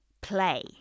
play